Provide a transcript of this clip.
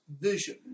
vision